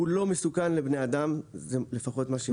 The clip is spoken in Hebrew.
הוא לא מסוכן לבני אדם, לפחות ממה שאני יודע.